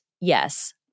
yes